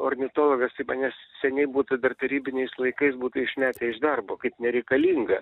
ornitologas tai manę seniai būtų dar tarybiniais laikais būtų išmetė iš darbo kaip nereikalingą